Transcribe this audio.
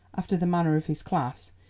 after the manner of his class,